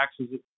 taxes